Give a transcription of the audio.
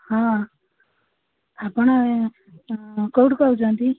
ହଁ ଆପଣ କୋଉଠୁ କହୁଛନ୍ତି